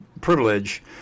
privilege